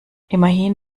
immerhin